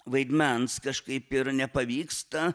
vaidmens kažkaip ir nepavyksta